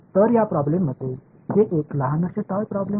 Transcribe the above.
तर या प्रॉब्लेममध्ये हे एक लहानशे टॉय प्रॉब्लेम आहे